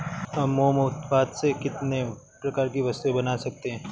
हम मोम उत्पाद से कितने प्रकार की वस्तुएं बना सकते हैं?